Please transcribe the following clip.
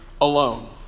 alone